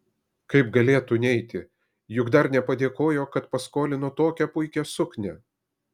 kaip galėtų neiti juk dar nepadėkojo kad paskolino tokią puikią suknią